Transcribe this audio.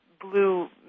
blue